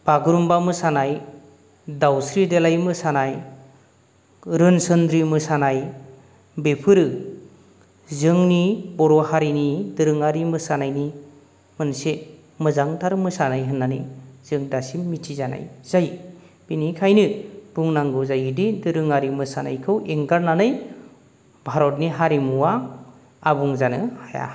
बागुरुमबा मोसानाय दाउस्रि देलाय मोसानाय रोनसोनद्रि मोसानाय बेफोरो जोंनि बर' हारिनि दोरोङारि मोसानायनि मोनसे मोजांथार मोसानाय होननानै जों दासिम मिथिजानाय जायो बेनिखायनो बुंनांगौ जायोदि दोरोङारि मोसानायखौ एंगारनानै भारतनि हारिमुआ आबुं जानो हाया